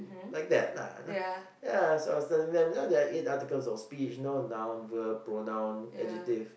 like that lah ya so I was telling them you know there are eight articles of speech you know noun verb pronoun adjective